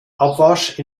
abwasch